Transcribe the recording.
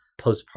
postpartum